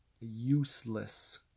useless